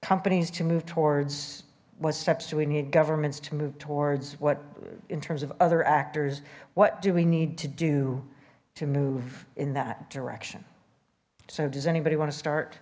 companies to move towards what steps do we need governments to move towards what in terms of other actors what do we need to do to move in that direction so does anybody want to start